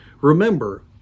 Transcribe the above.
remember